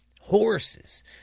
Horses